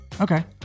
Okay